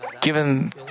given